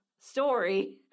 story